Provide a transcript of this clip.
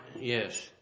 yes